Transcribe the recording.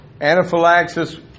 Anaphylaxis